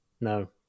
No